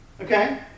Okay